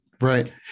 Right